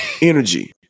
energy